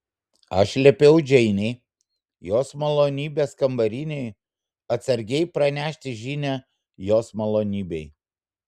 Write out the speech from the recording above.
aš liepiau džeinei jos malonybės kambarinei atsargiai pranešti žinią jos malonybei